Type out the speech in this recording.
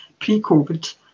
pre-COVID